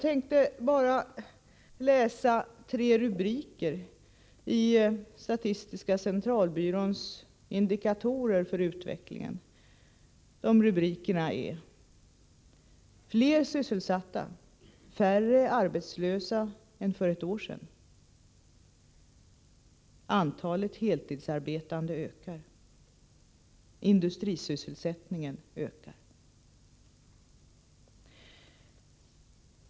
Jag skall bara läsa upp tre rubriker i statistiska centralbyråns Indikatorer för utvecklingen. Dessa rubriker är: Fler sysselsatta-färre arbetslösa än för ett år sedan. Antalet heltidsarbetande ökar. Industrisysselsättningen ökar.